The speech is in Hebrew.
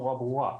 נורא ברורה,